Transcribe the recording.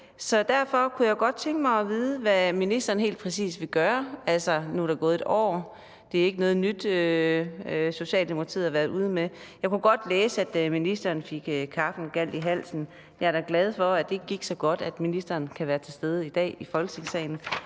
Så derfor kunne jeg godt tænke mig at vide, hvad ministeren helt præcis vil gøre. Nu er der gået 1 år, og der er ikke noget nyt i det, Socialdemokratiet har været ude med. Jeg kunne godt læse, at ministeren fik kaffen galt i halsen, men jeg er glad for, at det gik godt, så ministeren kan være til stede i dag i Folketingssalen.